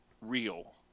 real